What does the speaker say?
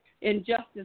injustice